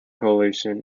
coalition